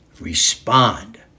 Respond